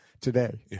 today